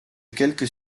quelques